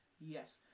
Yes